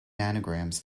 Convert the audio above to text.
nanograms